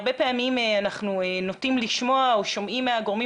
הרבה פעמים אנחנו נוטים לשמוע או שומעים מהגורמים